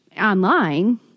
online